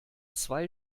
zwei